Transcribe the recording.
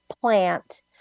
plant